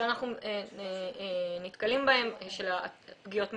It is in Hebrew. שאנחנו נתקלים בהם לגבי פגיעות מיניות.